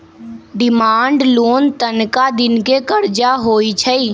demand loan तनका दिन के करजा होइ छइ